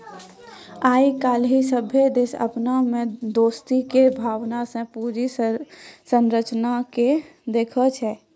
आइ काल्हि सभ्भे देश अपना मे दोस्ती के भावना से पूंजी संरचना के देखै छै